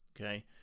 Okay